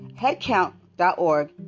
Headcount.org